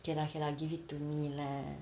okay lah okay lah give it to me lah